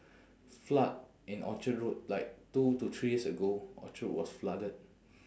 flood in orchard road like two to three years ago orchard was flooded